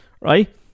Right